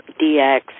DX